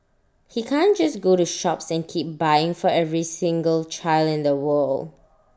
he can't just go to shops and keep buying for every single child in the world